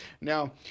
now